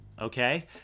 okay